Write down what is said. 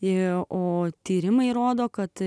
ir o tyrimai rodo kad